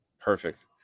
perfect